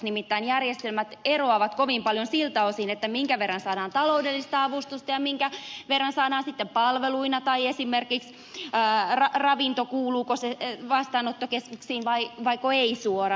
nimittäin järjestelmät eroavat kovin paljon siltä osin minkä verran saadaan taloudellista avustusta ja minkä verran saadaan sitten palveluina tai esimerkiksi ravinto kuuluuko se vastaanottokeskuksiin vaiko ei suoraan